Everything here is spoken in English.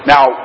Now